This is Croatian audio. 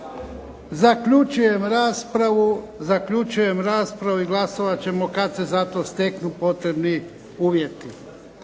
Zaključujem raspravu i glasovat ćemo kada se za to steknu potrebni uvjeti.